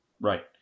right